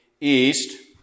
east